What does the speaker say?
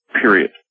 Period